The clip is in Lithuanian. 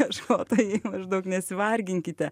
ieškotojai maždaug nesivarginkite